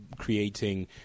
creating